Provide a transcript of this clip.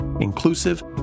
inclusive